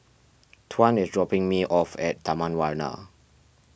Tuan is dropping me off at Taman Warna